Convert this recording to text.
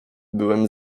byłem